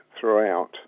throughout